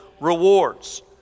rewards